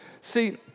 See